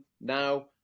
now